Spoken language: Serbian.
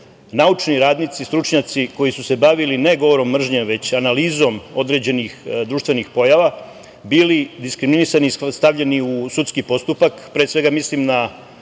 naučni radnici i stručnjaci koji su se bavili ne govorom mržnje, već analizom određenih društvenih pojava, bili diskriminisani i stavljeni u sudski postupak. Pre svega mislim na